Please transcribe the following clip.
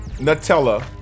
Nutella